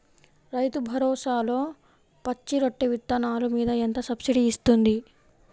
రైతు భరోసాలో పచ్చి రొట్టె విత్తనాలు మీద ఎంత సబ్సిడీ ఇస్తుంది?